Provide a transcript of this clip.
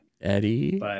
Eddie